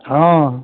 हँ